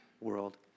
world